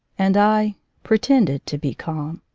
and i pretended to be calm.